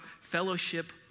fellowship